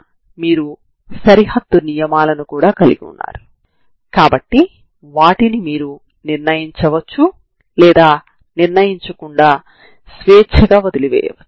కాబట్టి ఈ రెండింటిని కలిపి మీరు ఇచ్చిన సమస్యకు పరిష్కారంగా వ్రాయవచ్చు